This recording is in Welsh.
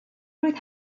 blwydd